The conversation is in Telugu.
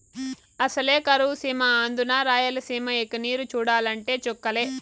అసలే కరువు సీమ అందునా రాయలసీమ ఇక నీరు చూడాలంటే చుక్కలే